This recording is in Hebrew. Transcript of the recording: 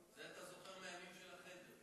את זה אתה זוכר מהימים של החדר.